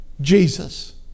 Jesus